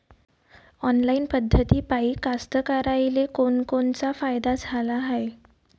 Online पद्धतीपायी कास्तकाराइले कोनकोनचा फायदा झाला हाये?